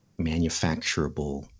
manufacturable